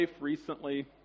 recently